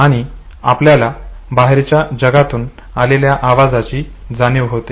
आणि आपल्याला बाहेरच्या जगातून आलेल्या आवाजाची जाणीव होते